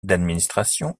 administrations